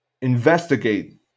investigate